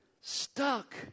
stuck